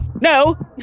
no